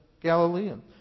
Galilean